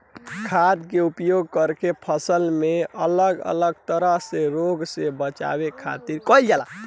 खाद्य के उपयोग करके फसल के अलग अलग तरह के रोग से बचावे खातिर कईल जाला